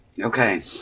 okay